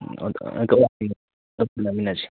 ꯄꯨꯟꯅ ꯂꯧꯃꯤꯟꯅꯁꯤ